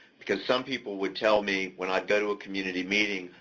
because some people would tell me when i'd go to a community meeting,